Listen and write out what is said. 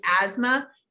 asthma